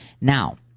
Now